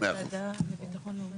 אוקי מאה אחוז.